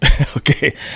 okay